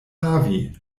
havi